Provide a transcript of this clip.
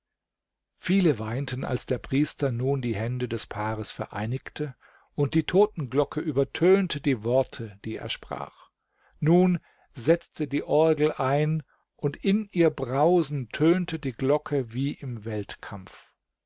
viele weinten als der priester nun die hände des paares vereinigte und die totenglocke übertönte die worte die er sprach nun setzte die orgel ein und in ihr brausen tönte die glocke wie im weltkampf